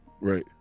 Right